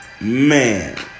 man